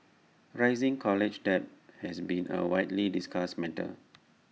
rising college debt has been A widely discussed matter